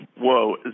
Whoa